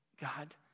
God